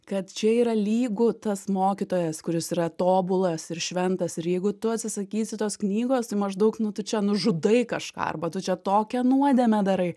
kad čia yra lygu tas mokytojas kuris yra tobulas ir šventas ir jeigu tu atsisakysi tos knygos maždaug nu tu čia nužudai kažką arba tu čia tokią nuodėmę darai